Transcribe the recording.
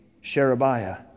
Sherebiah